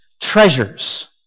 treasures